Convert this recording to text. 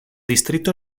distrito